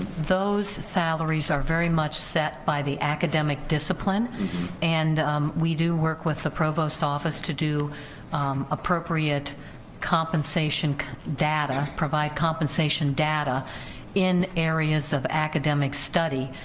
those salaries are very much set by the academic discipline and we do work with the provost office to do appropriate compensation data, provide compensation data in areas of academic study,